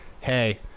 hey